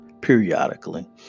periodically